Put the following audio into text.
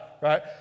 right